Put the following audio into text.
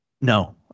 No